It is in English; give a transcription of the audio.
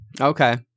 Okay